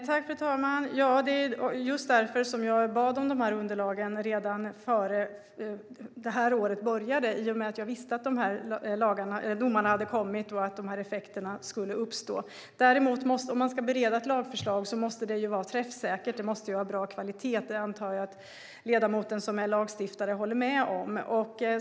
Fru talman! Det är just därför jag bad om underlagen redan före årets början; jag visste att domarna hade kommit och att de här effekterna skulle uppstå. Men om man ska bereda ett lagförslag måste det vara träffsäkert och ha bra kvalitet. Det antar jag att ledamoten, som är lagstiftare, håller med om.